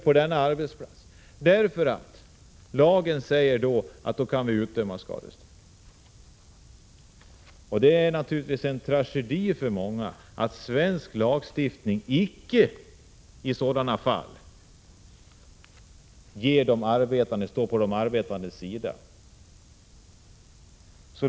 Lagen säger nämligen att man kan utdöma skadestånd. Det är naturligtvis en tragedi för många att svensk lagstiftning i sådana fall icke står på de arbetandes sida.